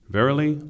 Verily